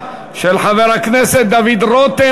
התרבות והספורט.